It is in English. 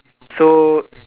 so